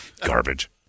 Garbage